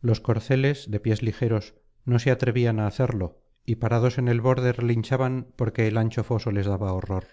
los corceles de pies ligeros no se atrevían á hacerlo y parados en el borde relinchaban porque el ancho foso les daba horror